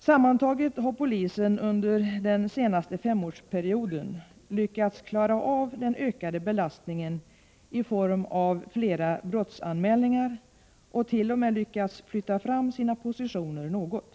Sammantaget har polisen under den senaste femårsperioden lyckats klara av den ökade belastningen i form av flera brottsanmälningar och t.o.m. lyckats flytta fram sina positioner något.